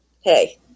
hey